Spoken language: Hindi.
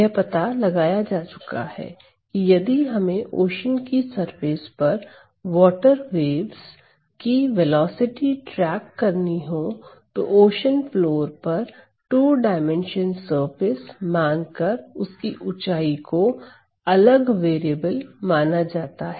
यह पता लगाया जा चुका है कि यदि हमें ओशन की सरफेस पर वॉटरवेवज की वेलोसिटी ट्रैक करनी हो ocean floor two dimensional surface मान कर उसकी ऊंचाई को अलग वेरिएबल माना जाता है